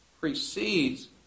precedes